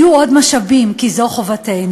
יהיו עוד משאבים, כי זו חובתנו".